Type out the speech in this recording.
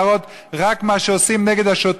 להראות רק מה שעושים השוטרים,